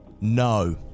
No